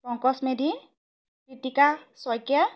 Pankaj Medhi Gitika Saikia